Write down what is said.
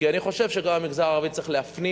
כי אני חושב שגם המגזר הערבי צריך להפנים